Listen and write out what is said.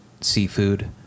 seafood